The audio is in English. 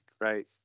right